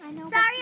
Sorry